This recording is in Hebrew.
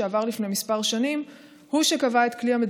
שעבר לפני כמה שנים,